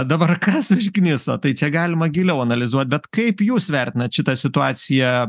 dabar kas užkniso tai čia galima giliau analizuot bet kaip jūs vertinat šitą situaciją